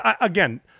again